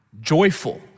joyful